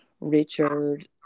Richard